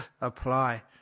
apply